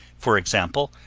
for example,